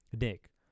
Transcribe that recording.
Nick